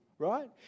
right